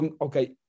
okay